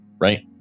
Right